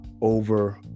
over